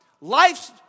life's